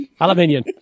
Aluminium